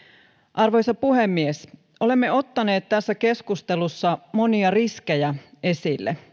arvoisa puhemies olemme ottaneet tässä keskustelussa monia riskejä esille